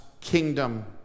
kingdom